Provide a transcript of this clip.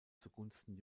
zugunsten